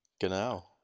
Genau